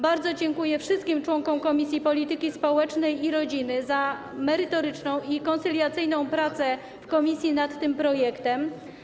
Bardzo dziękuję wszystkim członkom Komisji Polityki Społecznej i Rodziny za merytoryczną i koncyliacyjną pracę w komisji nad tym projektem.